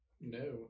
No